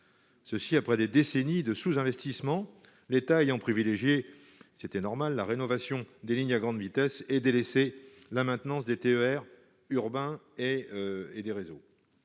ceci après des décennies de sous investissement, l'État ayant privilégié, c'était normal, la rénovation des lignes à grande vitesse et la maintenance des TER urbain et et des réseaux,